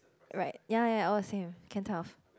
right ya ya all the same can tell